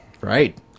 Right